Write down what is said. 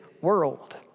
world